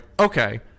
okay